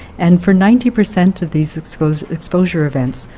and for ninety per cent of these exposure exposure events,